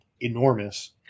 enormous